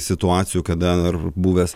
situacijų kada ar buvęs